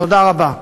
תודה רבה.